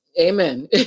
amen